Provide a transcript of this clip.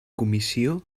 comissió